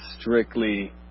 strictly